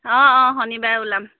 অঁ অঁ শনিবাৰে ওলাম